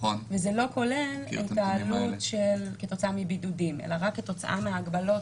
זה לא כולל את העלות כתוצאה מבידודים אלא רק כתוצאה מההגבלות.